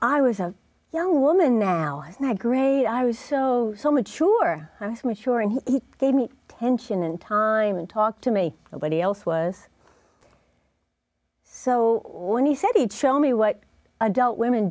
i was a young woman now and i grade i was so so mature mature and he gave me tension and time and talk to me nobody else was so when he said he'd show me what adult women